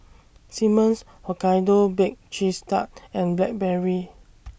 Simmons Hokkaido Baked Cheese Tart and Blackberry